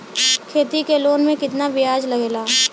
खेती के लोन में कितना ब्याज लगेला?